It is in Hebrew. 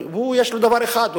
יש לו דבר אחד,